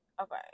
Okay